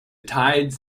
tides